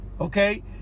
Okay